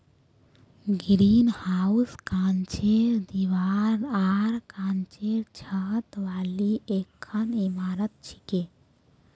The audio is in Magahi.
ग्रीनहाउस कांचेर दीवार आर कांचेर छत वाली एकखन इमारत छिके